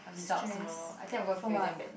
results tomorrow I think I'm going to fail damn badly